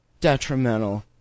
detrimental